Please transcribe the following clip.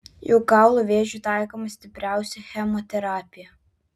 juk kaulų vėžiui taikoma stipriausia chemoterapija